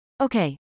Okay